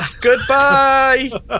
Goodbye